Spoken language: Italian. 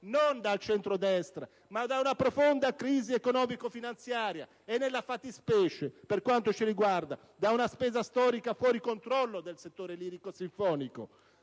non dal centrodestra ma da una profonda crisi economico-finanziaria e, nella fattispecie, da una spesa storica fuori controllo del settore lirico-sinfonico.